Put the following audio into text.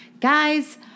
Guys